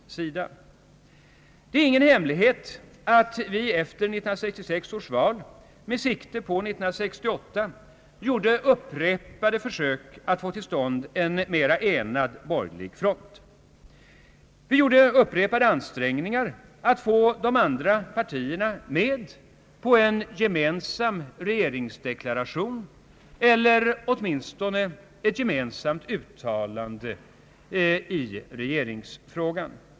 Det är ingen hemlighet att vi efter 1966 års val med sikte på 1968 gjorde upprepade försök att få till stånd en mera enad borgerlig front. Vi gjorde upprepade ansträngningar för att få de andra partierna med på en gemensam regeringsdeklaration eller åtminstone ett gemensamt uttalande i regeringsfrågan.